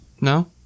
No